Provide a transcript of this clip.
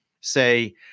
say